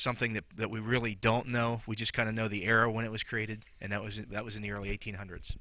something that that we really don't know we just kind of know the era when it was created and it was that was in the early eighty's hundreds